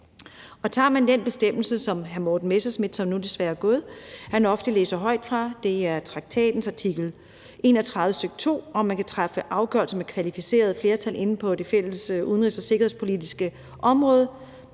Og tager man den bestemmelse, som hr. Morten Messerschmidt, som nu desværre er gået, ofte læser højt fra – det er traktatens artikel 31, stk. 2, om, at man kan træffe afgørelse med kvalificeret flertal på det fælles udenrigs- og sikkerhedspolitiske område